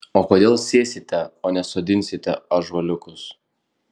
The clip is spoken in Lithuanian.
o kodėl sėsite o ne sodinsite ąžuoliukus